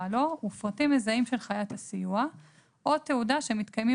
לו ופרטים מזהים של חיית הסיוע או תעודה שמתקיימים